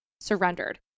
surrendered